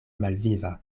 malviva